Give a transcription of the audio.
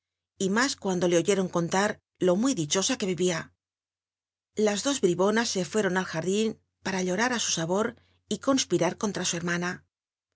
y más cuando le oyeron contar lo mu dicho a que íl ia tas do bribonas e fuéron al jardín para llorar il su sabor y con pirar contra su hermana